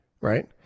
Right